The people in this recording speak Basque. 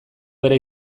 bera